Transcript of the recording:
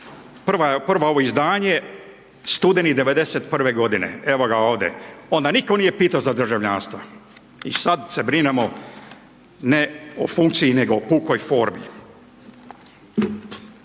prvo izdanje, studeni 1991. godine. Evo ga ovdje. Onda nitko nije pitao za državljanstvo. I sad se brinemo ne o funkciji nego o pukoj formi.